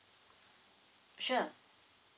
sure